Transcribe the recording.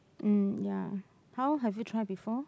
mm ya how have you tried before